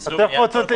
--- בטח, זה כולל.